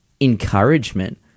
encouragement